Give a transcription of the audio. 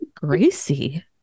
Gracie